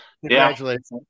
Congratulations